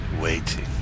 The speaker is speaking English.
waiting